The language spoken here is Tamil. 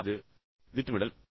முதலாவது திட்டமிடல்